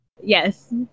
Yes